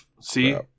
See